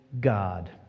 God